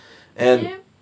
yup